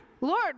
Lord